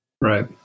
Right